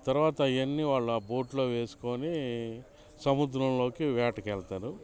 తర్వాత ఇవన్నీ వాళ్ళ బోట్లో వేసుకోని సముద్రంలోకి వేటకెళ్తారు